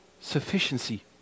sufficiency